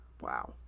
Wow